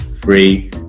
free